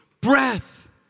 breath